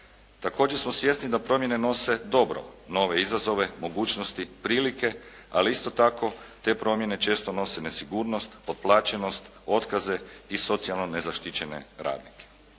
Također smo svjesni da promjene nose dobro, nove izazove, mogućnosti, prilike, ali isto tako te promjene često nose nesigurnost, potplaćenost, otkaze i socijalno nezaštićene radnike.